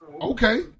okay